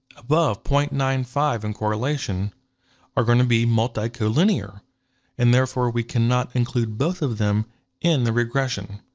above point nine five in correlation are gonna be multicollinear and therefore we cannot include both of them in the regression.